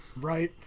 right